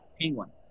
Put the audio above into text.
Penguin